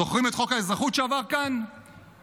זוכרים את חוק האזרחות שעבר כאן בקונצנזוס,